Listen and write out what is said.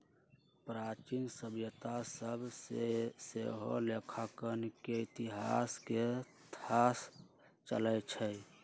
प्राचीन सभ्यता सभ से सेहो लेखांकन के इतिहास के थाह चलइ छइ